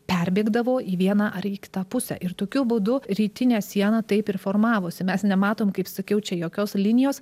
perbėgdavo į vieną ar į kitą pusę ir tokiu būdu rytinė siena taip ir formavosi mes nematom kaip sakiau čia jokios linijos